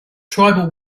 tribal